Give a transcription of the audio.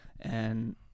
And-